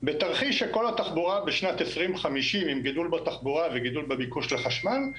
בתרחיש שכל התחבורה בשנת 2050 עם גידול בתחבורה וגידול בביקוש לחשמל,